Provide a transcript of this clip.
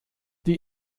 die